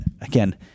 again